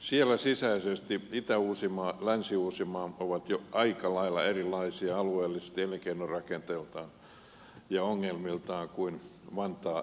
siellä sisäisesti itä uusimaa länsi uusimaa ovat jo aika lailla erilaisia alueellisesti elinkeinorakenteeltaan ja ongelmiltaan kuin vantaa ja espoo